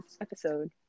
episode